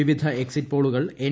വിവിധ എക്ക്സ്ടിറ്റ് പോളുകൾ എൻ